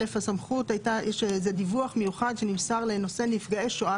סעיף 23א זה דיווח מיוחד שנמסר בנושא נפגעי שואה.